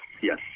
yes